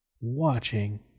Watching